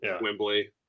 Wembley